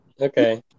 Okay